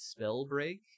Spellbreak